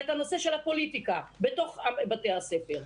אבל את הנושא של הפוליטיקה בתוך בתי הספר.